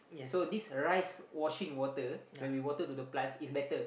so this rice washing water when we water to the plants it's better